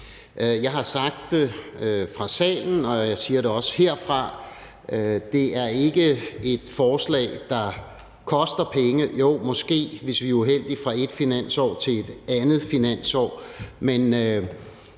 Jeg har sagt det fra salen, og jeg siger det også herfra: Det er ikke et forslag, der koster penge – jo, måske, hvis vi er uheldige fra et finansår til et andet finansår